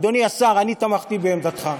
אדוני השר, אני תמכתי בעמדתך.